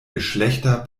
geschlechter